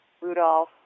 Rudolph